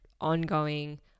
ongoing